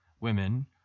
women